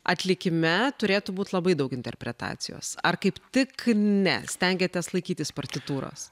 atlikime turėtų būt labai daug interpretacijos ar kaip tik ne stengiatės laikytis partitūros